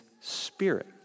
spirit